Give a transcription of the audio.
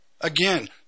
Again